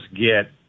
get